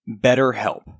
BetterHelp